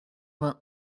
vingt